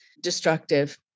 destructive